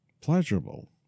pleasurable